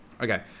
Okay